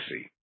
see